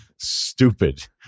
stupid